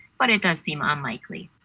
but it does seem ah unlikely.